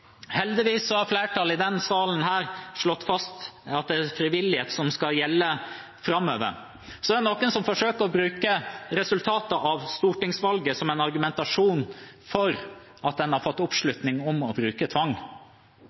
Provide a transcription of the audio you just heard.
Heldigvis har flertallet i denne salen slått fast at det er frivillighet som skal gjelde framover. Så er det noen som forsøker å bruke resultatet av stortingsvalget som en argumentasjon for at en har fått oppslutning om å bruke tvang.